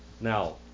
Now